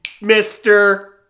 mister